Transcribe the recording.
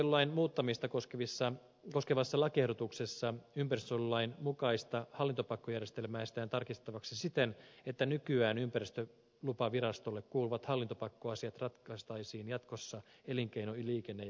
ympäristönsuojelulain muuttamista koskevassa lakiehdotuksessa ympäristönsuojelulain mukaista hallintopakkojärjestelmää esitetään tarkistettavaksi siten että nykyään ympäristölupavirastolle kuuluvat hallintopakkoasiat ratkaistaisiin jatkossa elinkeino liikenne ja ympäristökeskuksissa